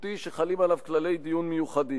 מעין-שיפוטי שחלים עליו כללי דיון מיוחדים.